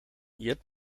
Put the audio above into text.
jet